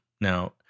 Now